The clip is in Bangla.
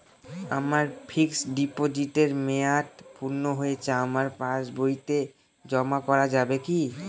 আমার ফিক্সট ডিপোজিটের মেয়াদ পূর্ণ হয়েছে আমার পাস বইতে জমা করা যাবে কি?